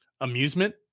amusement